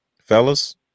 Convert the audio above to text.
fellas